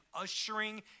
ushering